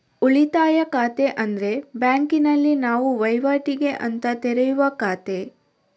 ಉಳಿತಾಯ ಖಾತೆ ಅಂದ್ರೆ ಬ್ಯಾಂಕಿನಲ್ಲಿ ನಾವು ವೈವಾಟಿಗೆ ಅಂತ ತೆರೆಯುವ ಖಾತೆ